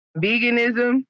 veganism